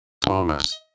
Thomas